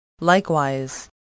Likewise